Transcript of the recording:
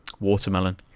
Watermelon